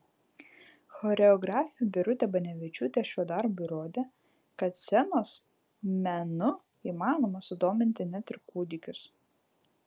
choreografė birutė banevičiūtė šiuo darbu įrodė kad scenos menu įmanoma sudominti net ir kūdikius